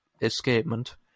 escapement